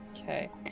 Okay